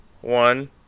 one